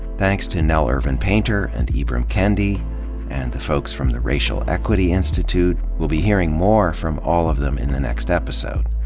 thanks to nell irvin painter and ibram kendi and the folks from the racial equity institute. we'll be hearing more from all of them in the next episode.